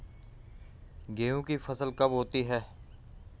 गेहूँ की फसल कब होती है?